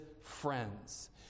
friends